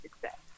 success